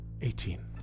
eighteen